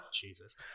Jesus